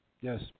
Yes